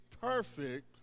perfect